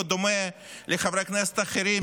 בדומה לחברי כנסת אחרים,